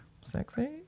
sexy